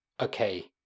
okay